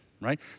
right